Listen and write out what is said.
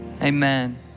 Amen